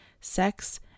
sex